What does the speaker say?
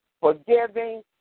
forgiving